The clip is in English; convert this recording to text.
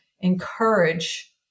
encourage